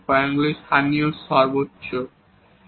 এই পয়েন্টগুলি হল লোকাল ম্যাক্সিমা